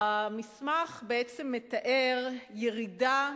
המסמך בעצם מתאר ירידה